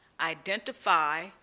identify